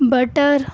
butter